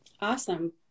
Awesome